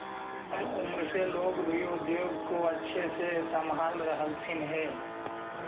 कम उम्र से लोग भी उद्योग को अच्छे से संभाल रहलथिन हे